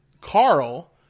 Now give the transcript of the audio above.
Carl